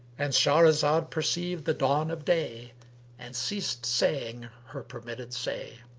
and shahrazad perceived the dawn of day and ceased saying her permitted say.